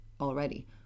Already